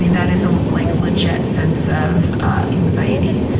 that is a like legit sense of anxiety.